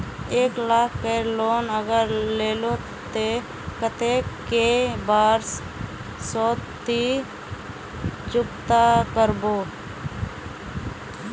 एक लाख केर लोन अगर लिलो ते कतेक कै बरश सोत ती चुकता करबो?